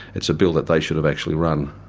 it's a bill that they should have actually run.